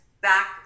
back